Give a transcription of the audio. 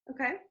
Okay